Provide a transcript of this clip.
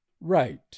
RIGHT